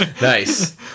nice